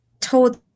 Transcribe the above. told